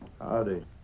Howdy